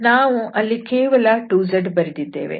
ನಾವು ಅಲ್ಲಿ ಕೇವಲ 2z ಬರೆದಿದ್ದೇವೆ